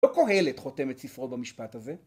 לא קוהלת חותם את ספרו במשפט הזה